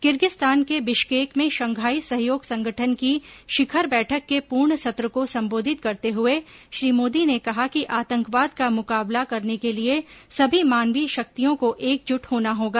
किर्गिज़्तान के बिश्केक में शंघाई सहयोग संगठन की शिखर बैठक के पूर्ण सत्र को सम्बोधित करते हुए श्री मोदी ने कहा कि आतंकवाद का मुकाबला करने के लिए सभी मानवीय शक्तियों को एकजुट होना होगा